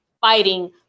fighting